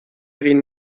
egin